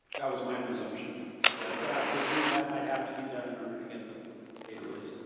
that was my presumption yeah that i presumed that might have to be done in order to get the aid release.